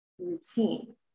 routine